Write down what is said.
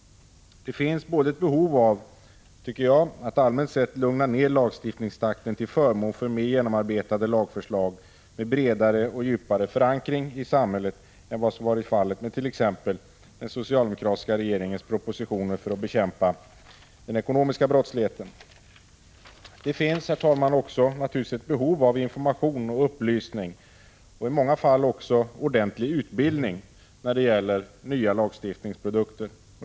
Det finns ett behov av, tycker jag, att allmänt sett lugna ned lagstiftningstakten till förmån för mer genomarbetade lagförslag med bredare och djupare förankring i samhället än vad som varit fallet med t.ex. den socialdemokratiska regeringens proposition för att bekämpa den ekonomiska brottsligheten. Det finns, herr talman, naturligtvis också ett behov av information och upplysning, och i många fall också av en ordentlig utbildning när det gäller nya lagstiftningsprodukter.